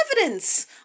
evidence